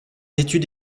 étude